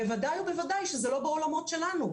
בוודאי ובוודאי שזה לא בעולמות שלנו,